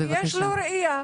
יש לנו ראייה,